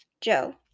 Joe